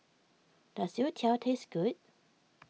does Youtiao taste good